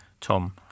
Tom